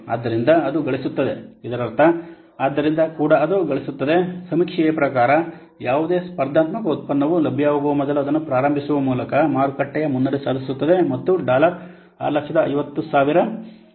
ಆದ್ದರಿಂದ ಅದು ಗಳಿಸುತ್ತದೆ ಇದರರ್ಥ ಆದ್ದರಿಂದ ಕೂಡ ಅದು ಗಳಿಸುತ್ತದೆ ಸಮೀಕ್ಷೆಯ ಪ್ರಕಾರ ಯಾವುದೇ ಸ್ಪರ್ಧಾತ್ಮಕ ಉತ್ಪನ್ನವು ಲಭ್ಯವಾಗುವ ಮೊದಲು ಅದನ್ನು ಪ್ರಾರಂಭಿಸುವ ಮೂಲಕ ಮಾರುಕಟ್ಟೆಯ ಮುನ್ನಡೆ ಸಾಧಿಸುತ್ತದೆ ಮತ್ತು ಡಾಲರ್ 650000 ರ ವಾರ್ಷಿಕ ಆದಾಯವನ್ನು ಸಾಧಿಸುತ್ತದೆ ಇದು ಈ 800000 ಮತ್ತು 100000 ರ ನಡುವೆ ಇರುತ್ತದೆ